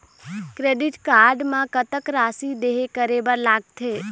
Credit card म कतक राशि देहे करे बर लगथे?